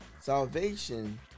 salvation